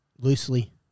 loosely